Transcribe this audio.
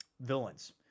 villains